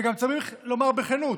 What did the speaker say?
וגם, צריך לומר בכנות,